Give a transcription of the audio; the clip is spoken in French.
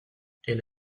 elle